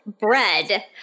bread